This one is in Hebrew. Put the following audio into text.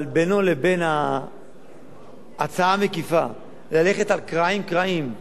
אבל בינו לבין ההצעה המקיפה, ללכת על קרעים קרעים,